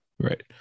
Right